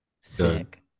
Sick